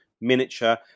miniature